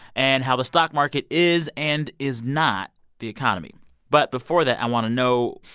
and how the stock market is and is not the economy but before that, i want to know,